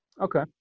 Okay